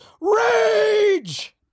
rage